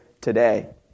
today